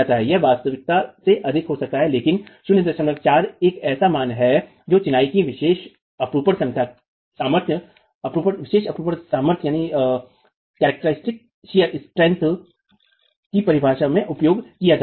यह वास्तविकता में अधिक हो सकता है लेकिन 04 एक ऐसा मान है जो चिनाई की एक विशेष अपरूपण सामर्थ्य की परिभाषा में उपयोग किया जाता है